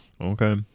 Okay